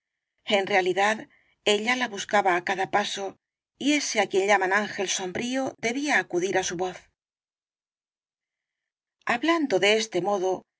en realidad ella la buscaba á cada paso y ese á quien llaman ángel sombrío debía acudir á su voz hablando de este modo